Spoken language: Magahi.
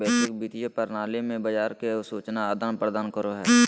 वैश्विक वित्तीय प्रणाली बाजार के सूचना आदान प्रदान करो हय